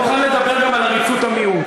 ואני מוכן לדבר גם על עריצות המיעוט.